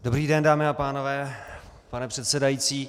Dobrý den, dámy a pánové, pane předsedající.